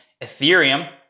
Ethereum